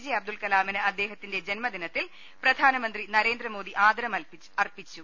J Abdul കലാമിന് അദ്ദേഹത്തിന്റെ ജന്മദിനത്തിൽ പ്രധാനമന്ത്രി നരേന്ദ്രമോദി ആദരം അർപ്പിച്ചു